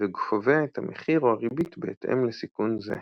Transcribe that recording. וקובע את המחיר או הריבית בהתאם לסיכון זה.